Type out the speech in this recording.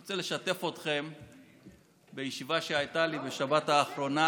אני רוצה לשתף אתכם בישיבה שהייתה לי בשבת האחרונה